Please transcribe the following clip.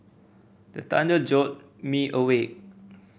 the thunder jolt me awake